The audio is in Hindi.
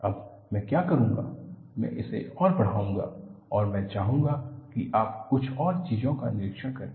अब मैं क्या करूंगा मैं इसे और बढ़ाऊंगा और मैं चाहता हूं कि आप कुछ और चीजों का निरीक्षण करें